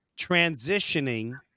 transitioning